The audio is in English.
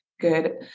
good